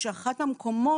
כשאחת המקומות,